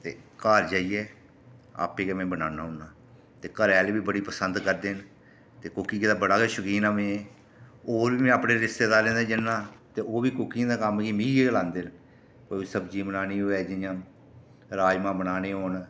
ते घर जाइयै आपें गै में बनान्ना होन्ना ते घरै आह्ले बी बड़ा पसंद करदे न ते कुकिंग दा बी बड़ा शकीन आं में होर बी में अपने रिश्तेदारें दे जन्ना ते ओह्बी कुकिंग दे कम्म च मिगी गै लांदे सब्जी बनानी होऐ जि'यां राजमांह् बनाने होन